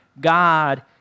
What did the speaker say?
God